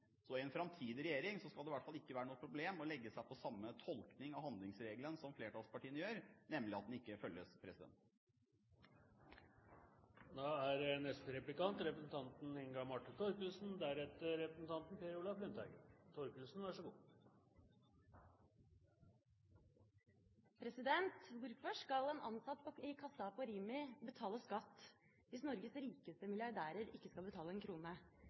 Så i en framtidig regjering skal det i hvert fall ikke være noe problem å legge seg på samme tolkning av handlingsregelen som flertallspartiene gjør, nemlig at den ikke følges. Hvorfor skal en ansatt i kassa på Rimi betale skatt hvis Norges rikeste milliardærer ikke skal betale en krone?